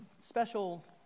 special